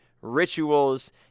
rituals